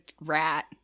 rat